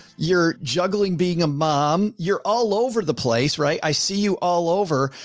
you're juggling being a mom, you're all over the place. right. i see you all over.